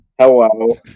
Hello